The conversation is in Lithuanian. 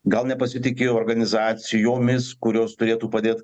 gal nepasitiki organizacijomis kurios turėtų padėt